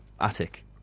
attic